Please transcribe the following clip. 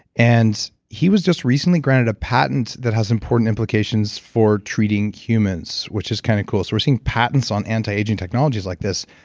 and he was just recently granted a patent that has important implications for treating humans, which kind of cool, so we're seeing patents on anti-aging technologies like this.